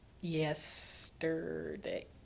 yesterday